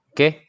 Okay